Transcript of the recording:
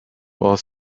while